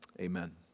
amen